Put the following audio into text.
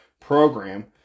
program